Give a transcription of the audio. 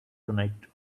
tonight